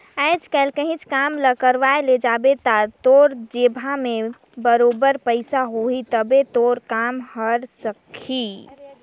आएज काएल काहींच काम ल करवाए ले जाबे ता तोर जेबहा में बरोबेर पइसा होही तबे तोर काम हर सरकही